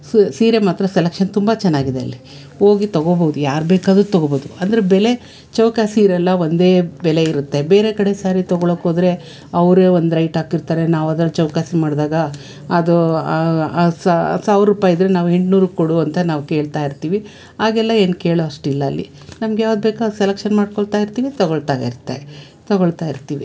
ಸೀರೆ ಮಾತ್ರ ಸೆಲೆಕ್ಷನ್ ತುಂಬ ಚೆನ್ನಾಗಿದೆ ಅಲ್ಲಿ ಹೋಗಿ ತೊಗೊಬೋದು ಯಾರು ಬೇಕಾದ್ರು ತೊಗೊಬೋದು ಅಂದ್ರೆ ಬೆಲೆ ಚೌಕಾಸಿ ಇರೋಲ್ಲ ಒಂದೇ ಬೆಲೆ ಇರುತ್ತೆ ಬೇರೆ ಕಡೆ ಸ್ಯಾರಿ ತೊಗೊಳೊಕೋದ್ರೆ ಅವ್ರೇ ಒಂದು ರೇಟ್ ಹಾಕಿರ್ತಾರೆ ನಾವು ಅದ್ರಲ್ಲಿ ಚೌಕಾಸಿ ಮಾಡ್ದಾಗ ಅದು ಸಾವಿರ್ರುಪೈ ಇದ್ರೆ ನಾವು ಎಂಟ್ನೂರಕ್ಕೆ ಕೊಡು ಅಂತ ನಾವು ಕೇಳ್ತಾಯಿರ್ತೀವಿ ಆಗೆಲ್ಲ ಏನು ಕೇಳೋ ಅಷ್ಟಿಲ್ಲ ಅಲ್ಲಿ ನಮ್ಗೆ ಯಾವ್ದು ಬೇಕು ಅದು ಸೆಲೆಕ್ಷನ್ ಮಾಡ್ಕೋಳ್ತಾ ಇರ್ತೀವಿ ತೊಗೊಳ್ತಾ ಇರುತ್ತೆ ತೊಗೊಳ್ತಾ ಇರ್ತೀವಿ